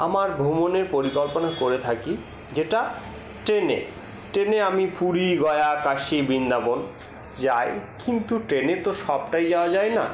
আমার ভ্রমণের পরিকল্পনা করে থাকি যেটা ট্রেনে ট্রেনে আমি পুরী গয়া কাশি বৃন্দাবন যাই কিন্তু ট্রেনে তো সবটাই যাওয়া যায় না